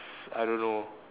I don't know